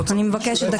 אני מבקשת דקה.